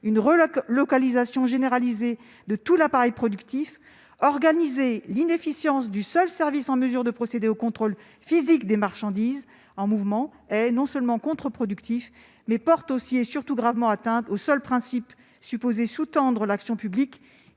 une relocalisation généralisée de tout l'appareil productif, organiser l'inefficience du seul service qui est en mesure de procéder au contrôle physique des marchandises en mouvement non seulement est contre-productif, mais surtout porte gravement atteinte au seul principe censé sous-tendre l'action publique